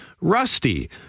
Rusty